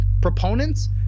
proponents